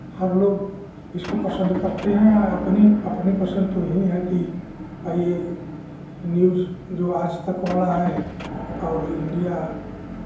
हर लोग इसको पसंद करते हैं अपने अपनी पसंद तो यही है कि ये भाई न्यूज़ जो आजतक वाला है और इंडिया